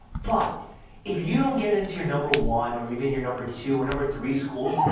but if you don't get into your number one, or even your number two or number three school,